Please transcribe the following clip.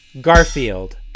Garfield